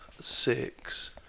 six